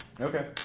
okay